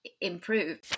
improve